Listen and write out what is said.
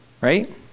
right